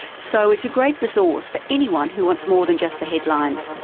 so it's a great resource for anyone who wants more than just the headlines.